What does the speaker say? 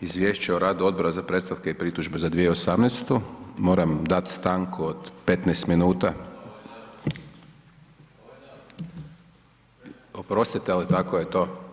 Izvješća Odbora za predstavke i pritužbe za 2018. moram dati stanku od 15 minuta. … [[Upadica se ne razumije.]] Oprostite ali tako je to.